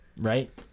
Right